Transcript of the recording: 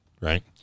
right